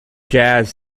jazz